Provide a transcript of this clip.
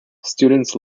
students